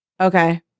okay